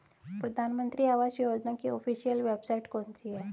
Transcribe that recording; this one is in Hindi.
प्रधानमंत्री आवास योजना की ऑफिशियल वेबसाइट कौन सी है?